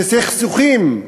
שסכסוכים,